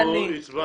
אני מודה לכם.